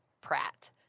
Pratt